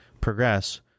progress